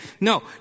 No